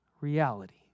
reality